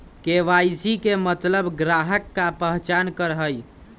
KYC के मतलब ग्राहक का पहचान करहई?